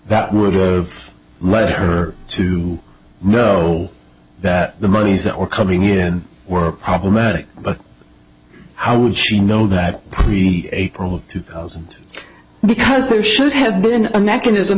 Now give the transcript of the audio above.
that would've led her to know that the monies that were coming in were problematic but how would she know that the april two thousand because there should have been a mechanism